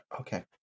Okay